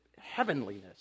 heavenliness